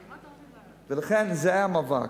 ולכן, זה המאבק.